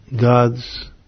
God's